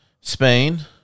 Spain